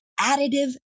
additive